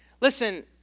listen